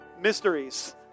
Mysteries